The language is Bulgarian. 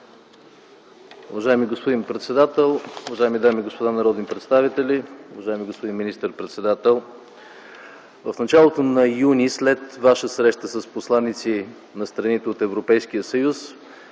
Уважаеми господин председател, уважаеми дами и господа народни представители! Уважаеми господин министър-председател, в началото на м. юни, след Ваша среща с посланици на страните от Европейския съюз